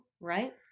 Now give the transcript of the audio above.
right